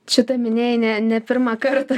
šitą minėjai ne ne pirmą kartą